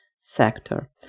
sector